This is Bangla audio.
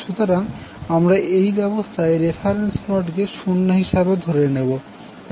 সুতরাং আমরা এই ব্যবস্থায় রেফারেন্স নোডকে o হিসাবে ধরে নেবো